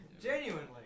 Genuinely